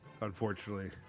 unfortunately